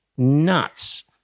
Nuts